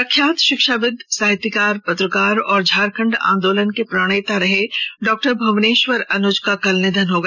प्रख्यात शिक्षाविद साहित्यकार पत्रकार और झारखंड आंदोलन के प्रणेता रहे डॉ भुवनेश्वर अनुज का कल निधन हो गया